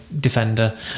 defender